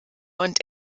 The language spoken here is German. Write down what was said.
und